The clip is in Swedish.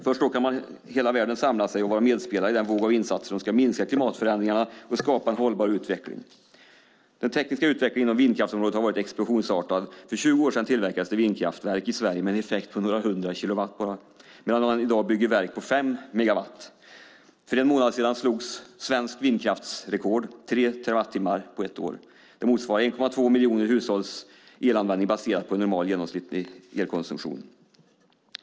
Först då kan hela världen samla sig och vara medspelare i den våg av insatser som ska minska klimatförändringarna och skapa en hållbar utveckling. Den tekniska utvecklingen inom vindkraftsområdet har varit explosionsartad. För 20 år sedan tillverkades vindkraftverk i Sverige med en effekt på några 100 kilowatt medan man i dag bygger verk på fem megawatt. För en månad sedan slogs svenskt vindkraftsrekord: tre terawattimmar på ett år. Det motsvarar 1,2 miljoner hushålls elanvändning baserat på en normal genomsnittlig elkonsumtion.